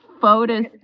photos